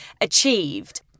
achieved